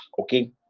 okay